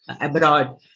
abroad